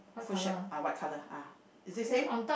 food shack ah white color ah is it same